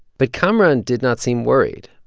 but kamaran did not seem worried.